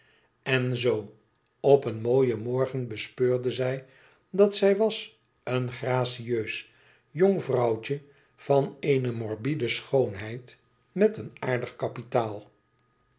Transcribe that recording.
en zoo op een mooien morgen bespeurde zij dat zij was een gracieus jong vrouwtje van eene morbide schoonheid met een aardig kapitaal